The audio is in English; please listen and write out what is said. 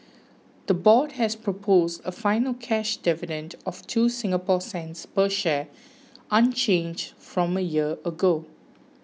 the board has proposed a final cash dividend of two Singapore cents per share unchanged from a year ago